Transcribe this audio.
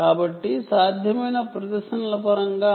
కాబట్టి సాధ్యమైన ప్రదర్శన మేము ఇచ్చాము